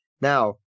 Now